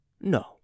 No